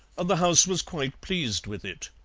and the house was quite pleased with it.